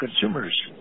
consumers